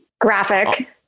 Graphic